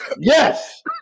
yes